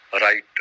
right